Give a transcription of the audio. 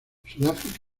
sudáfrica